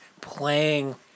playing